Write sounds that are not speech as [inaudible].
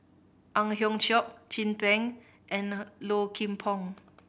Ang Hiong Chiok Chin Peng and [unintelligible] Low Kim Pong